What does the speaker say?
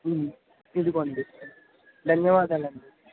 ఇదిగోండి ధన్యవాదాలండి